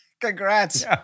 Congrats